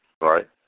Right